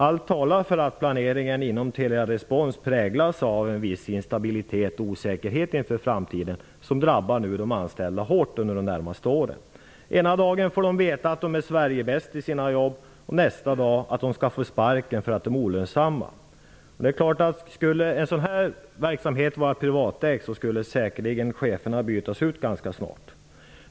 Allt talar för att planeringen inom Telerespons präglas av viss instabilitet och osäkerhet inför framtiden, och det drabbar de anställda hårt under de närmaste åren. Ena dagen får de veta att de är Sverigebäst i sina jobb och nästa dag att de skall få sparken för att de är olönsamma. Skulle en sådan här verksamhet vara privatägd skulle cheferna säkerligen bytas ut ganska snart.